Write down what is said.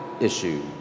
issue